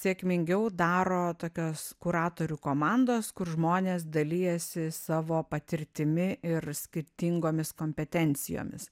sėkmingiau daro tokios kuratorių komandos kur žmonės dalijasi savo patirtimi ir skirtingomis kompetencijomis